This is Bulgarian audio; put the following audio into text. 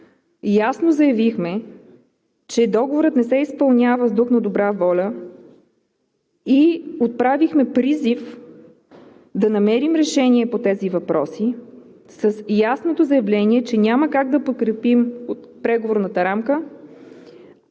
ясно заявихме, че Договорът не се изпълнява в дух на добра воля и отправихме призив да намерим решение по тези въпроси с ясното заявление, че няма как да подкрепим преговорната рамка,